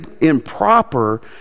improper